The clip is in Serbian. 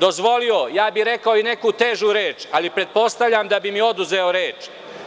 dozvolio ja bih rekao i neku težu reč, ali pretpostavljam da bi mi oduzeo reč.